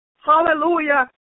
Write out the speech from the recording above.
hallelujah